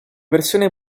versione